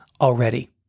already